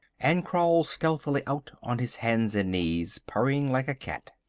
and crawled stealthily out on his hands and knees, purring like a cat.